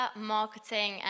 marketing